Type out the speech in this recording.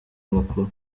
amakuru